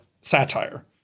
satire